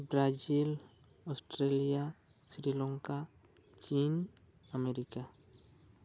Brazil Australia Sri Lanka ᱪᱤᱱ America